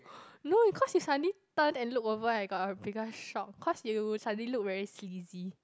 no cause you suddenly turn and look over I got a bigger shock cause you suddenly look very sleazy